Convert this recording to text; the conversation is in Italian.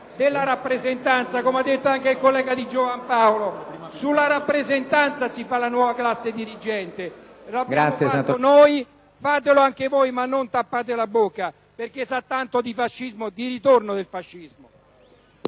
della rappresentanza, come ha ricordato anche il collega Di Giovan Paolo. Sulla rappresentanza si fa la nuova classe dirigente. Lo abbiamo fatto noi, fatelo anche voi, ma non tappate la bocca, perché sa tanto di ritorno al fascismo.